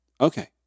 Okay